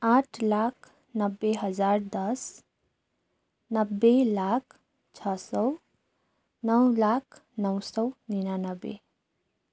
आठ लाख नब्बे हजार दस नब्बे लाख छ सय नौ लाख नौ सय उनानब्बे